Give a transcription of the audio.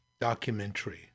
documentary